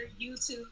YouTube